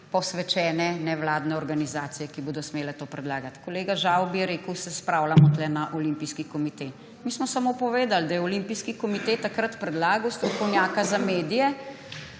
posvečene nevladne organizacije, ki bodo smele to predlagati. Kolega Žavbi je rekel, da se spravljamo tukaj na Olimpijski komite. Mi smo samo povedali, da je Olimpijski komite takrat predlagal strokovnjaka za medije